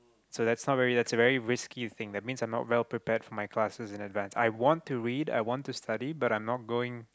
so that's not very that's a very risky thing that means I'm not well prepared for my classes in advance I want to read I want to study but I'm not going